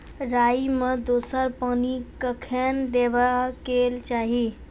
राई मे दोसर पानी कखेन देबा के चाहि?